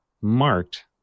marked